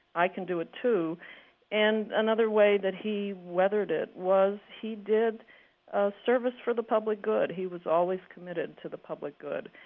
i can do it too and another way that he weathered it was that he did ah service for the public good. he was always committed to the public good.